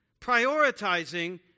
Prioritizing